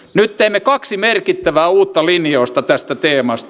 nyt teimme kaksi merkittävää uutta linjausta tästä teemasta